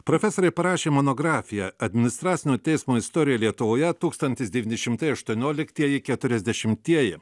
profesorė parašė monografiją administracinio teismo istorija lietuvoje tūkstantis devyni šimtai aštuonioliktieji keturiasdešimtieji